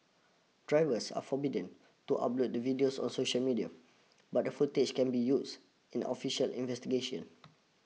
drivers are forbidden to upload the videos on social media but the footage can be used in official investigation